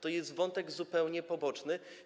To jest wątek zupełnie poboczny.